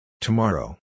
Tomorrow